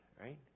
right